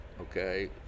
okay